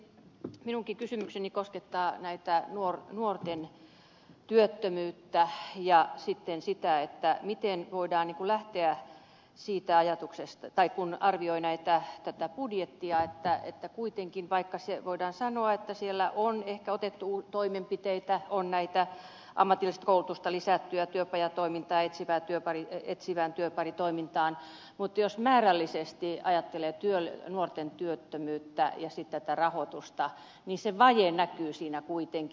minunkin kysymykseni koskettaa nuorten työttömyyttä ja sitten sitä että miten voidaan lähteä siitä ajatuksesta tai kun arvioi tätä budjettia vaikka kuitenkin voidaan sanoa että siellä on ehkä otettu toimenpiteitä on ammatillista koulutusta lisätty ja työpajatoimintaa etsivää työparitoimintaa mutta jos määrällisesti ajattelee nuorten työttömyyttä ja sitten tätä rahoitusta niin se vaje näkyy siinä kuitenkin